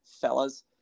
fellas